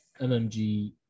MMG